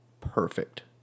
perfect